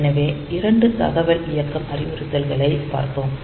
எனவே இரண்டு தகவல் இயக்கம் அறிவுறுத்தல்களைப் பார்த்தோம்